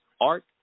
art